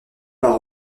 par